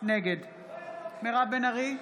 נגד מירב בן ארי,